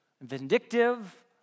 vindictive